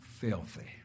Filthy